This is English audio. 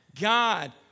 God